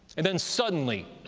and then suddenly,